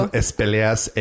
espeleas